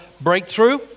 breakthrough